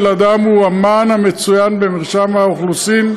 אדם הוא המען המצוין במרשם האוכלוסין.